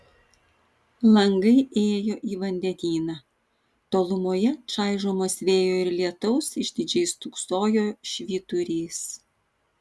langai ėjo į vandenyną tolumoje čaižomas vėjo ir lietaus išdidžiai stūksojo švyturys